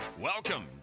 Welcome